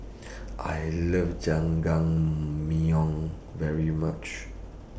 I Love Jajangmyeon very much